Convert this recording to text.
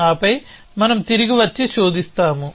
ఆపై మనం తిరిగి వచ్చి శోధిస్తాము